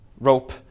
Rope